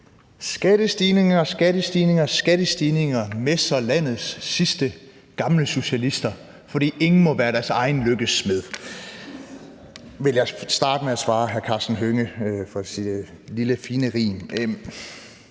Skattestigninger, skattestigninger, skattestigninger, messer landets sidste gammelsocialister, for ingen må være deres egen lykkes smed, vil jeg starte med at svare hr. Karsten Hønge på hans lille, fine rim.